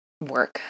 work